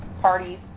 parties